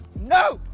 no,